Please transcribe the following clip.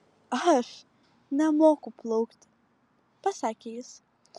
aš nemoku plaukti pasakė jis